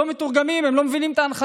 לא מתורגמים, הם לא מבינים את ההנחיות.